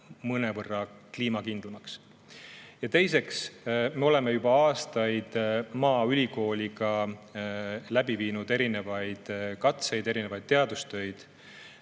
mõnevõrra kliimakindlamaks. Teiseks, me oleme juba aastaid maaülikooliga läbi viinud erinevaid katseid, [teinud] erinevaid teadustöid.